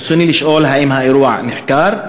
ברצוני לשאול: 1. האם האירוע נחקר?